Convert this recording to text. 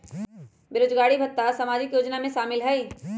बेरोजगारी भत्ता सामाजिक योजना में शामिल ह ई?